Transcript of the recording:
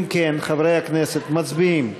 אם כן, חברי הכנסת, מצביעים.